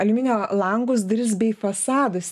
aliuminio langus duris bei fasadus